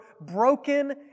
broken